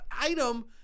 item